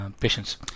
Patients